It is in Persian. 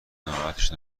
ناراحتش